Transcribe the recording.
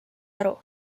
aru